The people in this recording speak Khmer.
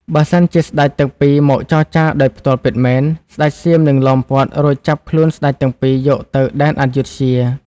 បើសិនជាស្ដេចទាំងពីរមកចរចារដោយផ្ទាល់ពិតមែន ស្ដេចសៀមនិងឡោមព័ទ្ធរួចចាប់ខ្លួនស្ដេចទាំងពីរយកទៅដែនអាយុធ្យា ។